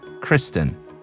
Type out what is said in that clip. Kristen